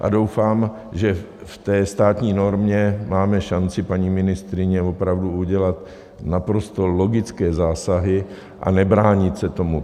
A doufám, že v té státní normě máme šanci, paní ministryně, opravdu udělat naprosto logické zásahy a nebránit se tomu.